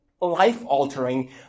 life-altering